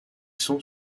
sont